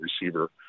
receiver